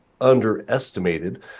underestimated